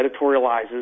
editorializes